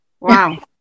wow